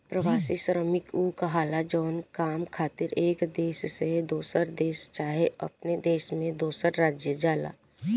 प्रवासी श्रमिक उ कहाला जवन काम खातिर एक देश से दोसर देश चाहे अपने देश में दोसर राज्य जाला